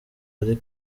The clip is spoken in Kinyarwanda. ari